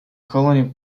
colony